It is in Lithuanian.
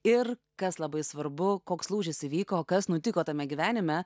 ir kas labai svarbu koks lūžis įvyko kas nutiko tame gyvenime